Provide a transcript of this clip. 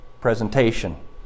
presentation